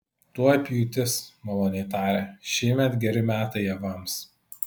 tuoj pjūtis maloniai tarė šįmet geri metai javams